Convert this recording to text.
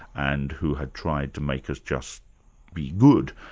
and who had tried to make us just be good,